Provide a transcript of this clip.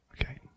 Okay